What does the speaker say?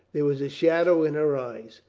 there was a shadow in her eyes.